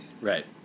Right